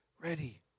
ready